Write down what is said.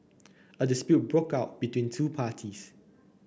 a dispute broke out between two parties